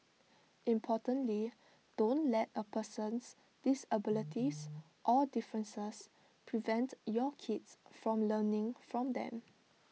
importantly don't let A person's disabilities or differences prevent your kids from learning from them